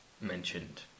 mentioned